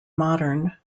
modern